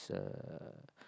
uh